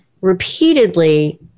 repeatedly